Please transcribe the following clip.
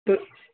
तो